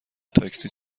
تاکسی